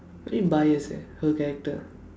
a bit bias eh her character